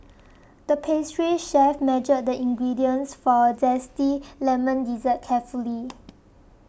the pastry chef measured the ingredients for a Zesty Lemon Dessert carefully